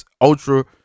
ultra